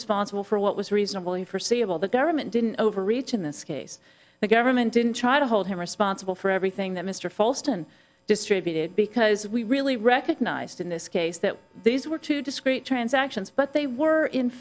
responsible for what was reasonably forseeable the government didn't overreach in this case the government didn't try to hold him responsible for everything that mr fallston distributed because we really recognized in this case that these were two discrete transactions but they were in